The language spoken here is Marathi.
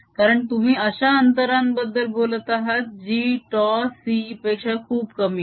कारण तुम्ही अशा अंतरांबद्दल बोलत आहात जी τc पेक्षा खूप कमी आहेत